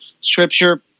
scripture